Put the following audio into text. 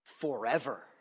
forever